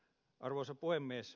arvoisa puhemies